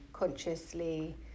Consciously